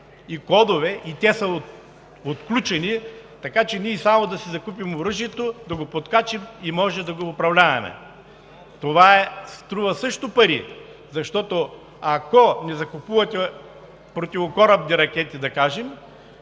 и кодове, които са отключени, така че само да си закупим оръжието, да подкачим и можем да го управляваме. Това също струва пари, защото, ако не закупувате противокорабни ракети,